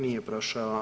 Nije prošao.